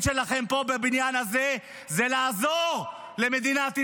שלכם פה בבניין הזה הוא לעזור למדינת ישראל?